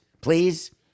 Please